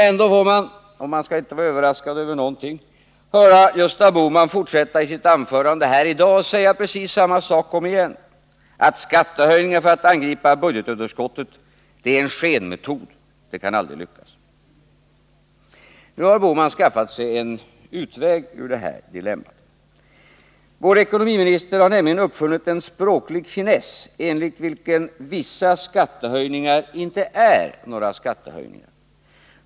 Ändå får vi — man skall inte bli överraskad över någonting — höra Gösta Bohman i sitt anförande i dag säga precis samma sak igen, nämligen att skattehöjningar för att angripa budgetunderskottet är en skenmetod, den kan aldrig lyckas. Nu har Gösta Bohman skaffat sig en utväg ur detta dilemma. Vår ekonomiminister har nämligen uppfunnit en språklig finess enligt vilken vissa skattehöjningar inte är några skattehöjningar.